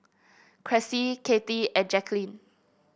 Cressie Kathy and Jaqueline